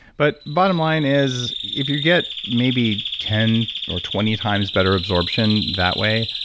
but bottom line is if you get maybe ten or twenty times better absorption that way,